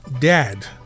dad